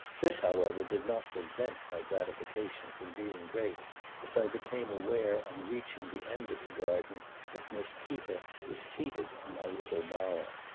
this however did not prevent my gratification from being great as i became aware on reaching the end of the garden that miss tita was seated in my little bower.